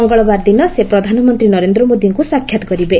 ମଙ୍ଗଳବାର ଦିନ ସେ ପ୍ରଧାନମନ୍ତ୍ରୀ ନରେନ୍ଦ୍ର ମୋଦିଙ୍କୁ ସାକ୍ଷାତ୍ କରିବେ